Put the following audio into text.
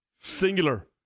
singular